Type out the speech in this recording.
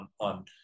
on